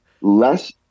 less